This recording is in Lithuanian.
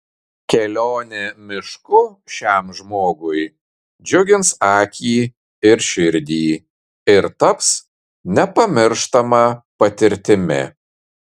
kelionė mišku šiam žmogui džiugins akį ir širdį ir taps nepamirštama patirtimi